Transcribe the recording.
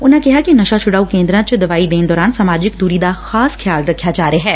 ਉਨੂਂ ਕਿਹਾ ਕਿ ਨਸ਼ਾ ਛੁਡਾਉਂ ਕੇਂਦਰਾਂ ਚ ਦਵਾਈ ਦੇਣ ਦੌਰਾਨ ਸਮਾਜਿਕ ਦੂਰੀ ਦਾ ਖਾਸ ਧਿਆਨ ਰੱਖਿੱਆ ਜਾ ਰਿਹੈ